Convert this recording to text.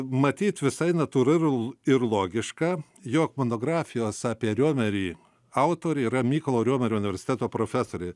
matyt visai natūralu ir logiška jog monografijos apie riomerį autorė yra mykolo riomerio universiteto profesorė